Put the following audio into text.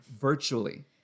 Virtually